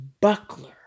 buckler